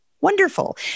wonderful